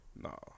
no